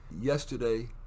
yesterday